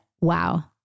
Wow